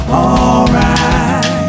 alright